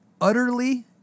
utterly